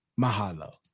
Mahalo